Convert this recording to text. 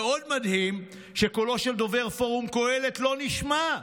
עוד מדהים, שקולו של דובר פורום קהלת לא נשמע,